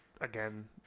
again